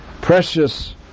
precious